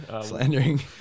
Slandering